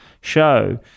show